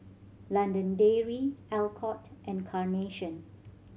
London Dairy Alcott and Carnation